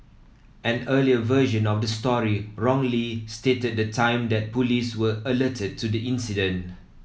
an earlier version of the story wrongly stated the time that police were alerted to the incident